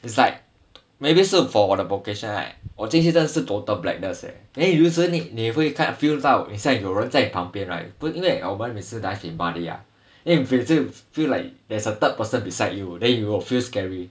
is like maybe 是 for 我的 vocation right 我进去真的是 total blackness leh then 有时你会看 feel 得到有人在旁边 right 因为我们每次 dive in buddy ah you will feel feel like there is a third person beside you then you will feel scary